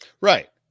Right